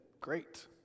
great